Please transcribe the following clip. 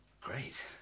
Great